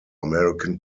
american